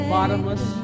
bottomless